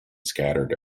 scattered